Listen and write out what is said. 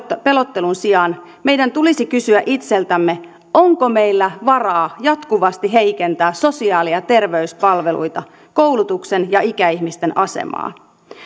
pelottelun sijaan meidän tulisi kysyä itseltämme onko meillä varaa jatkuvasti heikentää sosiaali ja terveyspalveluita koulutuksen ja ikäihmisten asemaa